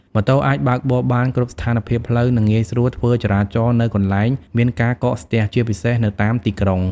ម៉ូតូអាចបើកបរបាន គ្រប់ស្ថានភាពផ្លូវ និងងាយស្រួលធ្វើចរាចរណ៍នៅកន្លែងមានការកកស្ទះ ជាពិសេសនៅតាមទីក្រុង ។